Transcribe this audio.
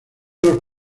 los